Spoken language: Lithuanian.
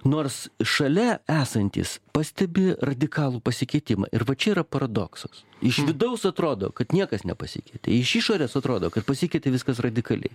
nors šalia esantys pastebi radikalų pasikeitimą ir va čia yra paradoksas iš vidaus atrodo kad niekas nepasikeitė iš išorės atrodo kad pasikeitė viskas radikaliai